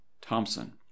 Thompson